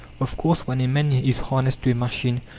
of course, when a man is harnessed to a machine,